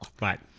Right